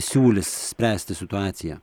siūlys spręsti situaciją